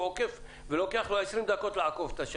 והוא עוקף ולוקח לו 20 דקות לעקוף.